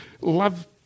love